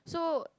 so